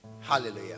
hallelujah